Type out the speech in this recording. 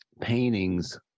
paintings